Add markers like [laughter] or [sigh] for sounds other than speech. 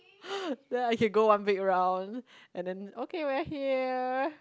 [breath] then I can go one big round and then okay we are here